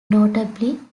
notably